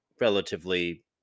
relatively